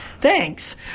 Thanks